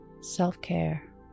self-care